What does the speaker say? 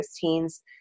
teens